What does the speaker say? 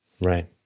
Right